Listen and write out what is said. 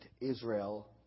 Israel